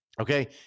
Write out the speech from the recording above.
Okay